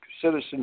citizens